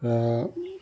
र